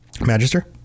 Magister